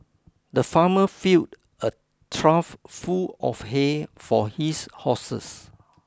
the farmer filled a trough full of hay for his horses